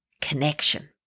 connection